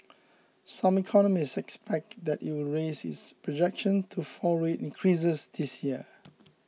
some economists expect that it will raise its projection to four rate increases this year